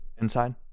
inside